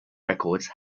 records